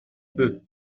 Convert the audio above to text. peut